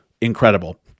Incredible